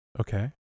Okay